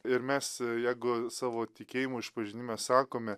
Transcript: ir mes jeigu savo tikėjimo išpažinime sakome